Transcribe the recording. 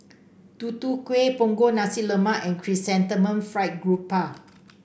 Tutu Kueh Punggol Nasi Lemak and Chrysanthemum Fried Garoupa